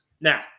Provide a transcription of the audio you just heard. Now